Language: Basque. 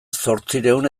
zortziehun